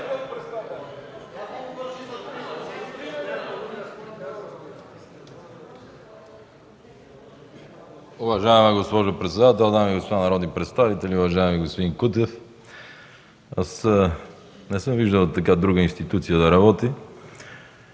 Уважаема госпожо председател, дами и господа народни представители! Уважаеми господин Кутев, не съм виждал друга институция да работи